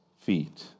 feet